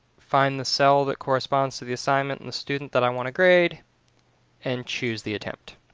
find the cell that corresponds to the assignment and student that i want to grade and choose the attempt.